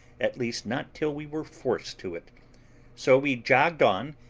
at least not till we were forced to it so we jogged on,